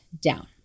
down